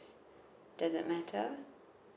doesn't matter